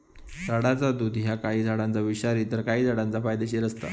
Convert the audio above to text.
झाडाचा दुध ह्या काही झाडांचा विषारी तर काही झाडांचा फायदेशीर असता